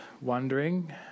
wondering